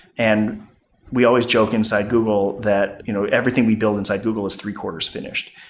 and we always joke inside google that you know everything we build inside google is three quarters finished,